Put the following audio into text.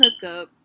hookup